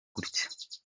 gutya